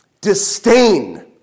disdain